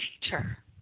teacher